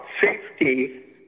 safety